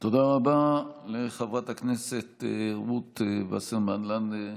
תודה רבה לחברת הכנסת רות וסרמן לנדה,